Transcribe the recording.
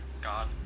God